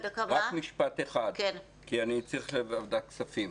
רק משפט אחד כי אני צריך לעבור לוועדת כספים.